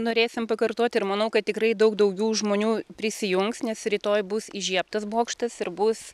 norėsim pakartot ir manau kad tikrai daug daugiau žmonių prisijungs nes rytoj bus įžiebtas bokštas ir bus